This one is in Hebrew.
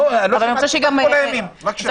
נו, לא שמענו אותך כל הימים, בבקשה.